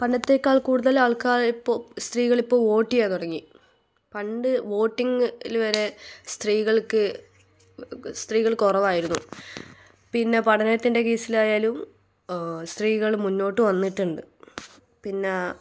പണ്ടത്തെക്കാൾ കൂടുതൽ ആൾക്കാർ ഇപ്പോൾ സ്ത്രീകളിപ്പോൾ വോട്ട് ചെയ്യാൻ തുടങ്ങി പണ്ട് വോട്ടിങ്ങില് വരെ സ്ത്രീകൾക്ക് സ്ത്രീകൾ കുറവായിരുന്നു പിന്നെ പഠനത്തിൻ്റെ കെയ്സിലായാലും സ്ത്രീകള് മുന്നോട്ട് വന്നിട്ടുണ്ട് പിന്നെ